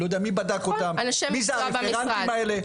לא יודע מי בדק אותן, מי זה הרפרנטים האלה.